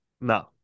No